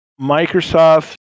Microsoft